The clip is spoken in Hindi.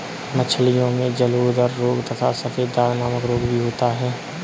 मछलियों में जलोदर रोग तथा सफेद दाग नामक रोग भी होता है